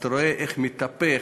ואתה רואה איך זה מתהפך,